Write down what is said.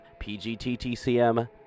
pgttcm